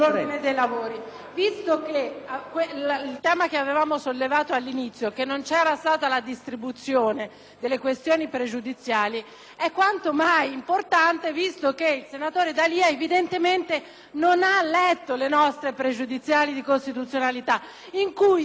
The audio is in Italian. Presidente, il tema che avevamo sollevato all'inizio, ossia che non era stato distribuito il testo delle questioni pregiudiziali, è quanto mai importante visto che il senatore D'Alia evidentemente non ha letto le nostre pregiudiziali di costituzionalità in cui chiariamo